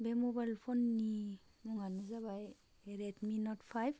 बे मबाइल फ'ननि मुंआनो जाबाय रेदमि नट फाइभ